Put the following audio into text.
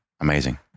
amazing